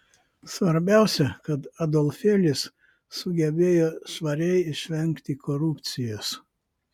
svarbiausia kad adolfėlis sugebėjo švariai išvengti korupcijos